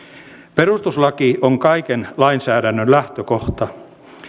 perustuslaki on kaiken lainsäädännön lähtökohta